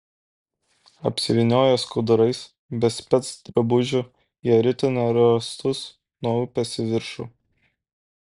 apsivynioję skudurais be specdrabužių jie ritino rąstus nuo upės į viršų